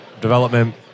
development